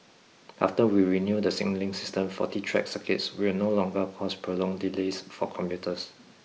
after we renew the signalling system faulty track circuits will no longer cause prolonged delays for commuters